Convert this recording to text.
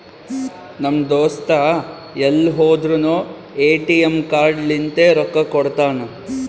ನಮ್ ದೋಸ್ತ ಎಲ್ ಹೋದುರ್ನು ಎ.ಟಿ.ಎಮ್ ಕಾರ್ಡ್ ಲಿಂತೆ ರೊಕ್ಕಾ ಕೊಡ್ತಾನ್